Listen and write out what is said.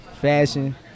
fashion